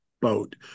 boat